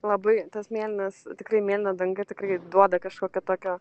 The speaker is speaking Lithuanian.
labai tas mėlynas tikrai mėlyna danga tikrai duoda kažkokio tokio